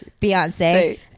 beyonce